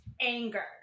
anger